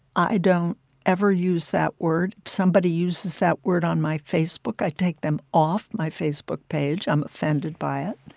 i don't ever use that word. somebody uses that word on my facebook, i take them off my facebook page. i'm offended by it.